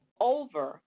over